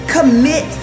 Commit